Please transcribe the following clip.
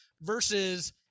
versus